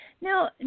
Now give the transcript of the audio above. Now